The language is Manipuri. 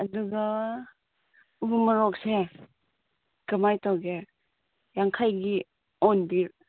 ꯑꯗꯨꯒ ꯎꯃꯣꯔꯣꯛꯁꯦ ꯀꯃꯥꯏ ꯇꯧꯒꯦ ꯌꯥꯡꯈꯩꯒꯤ ꯑꯣꯟꯕꯤꯔꯣ